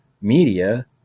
media